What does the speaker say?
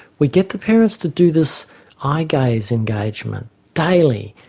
we get the parents to do this eye-gaze engagement daily.